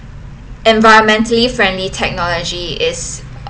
environmentally friendly technology is